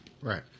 Right